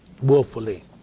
Willfully